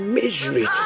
misery